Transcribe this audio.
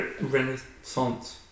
Renaissance